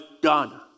done